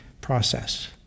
process